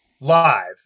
live